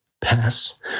pass